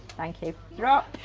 thank you. drop.